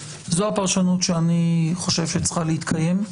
זאת הפרשנות שאני חושב שצריכה להתקיים.